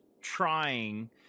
trying